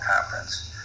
conference